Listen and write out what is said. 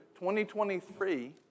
2023